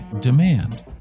demand